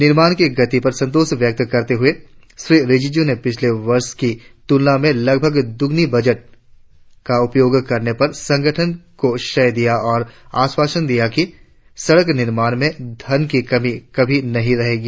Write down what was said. निर्माण की गति पर संतोष व्यक्त करते हुए श्री किरेन रिजिजू ने पिछले वर्ष की तुलना में लगभग दोगुने बजट का उपयोग करने पर संगठन को श्रेय दिया और आश्वासन दिया कि सड़क निर्माण में धन की कमी कभी नही होगी